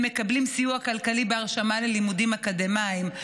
הם מקבלים סיוע כלכלי בהרשמה ללימודים אקדמיים.